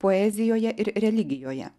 poezijoje ir religijoje